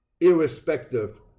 irrespective